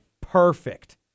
perfect